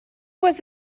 was